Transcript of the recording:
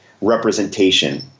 representation